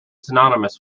synonymous